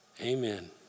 Amen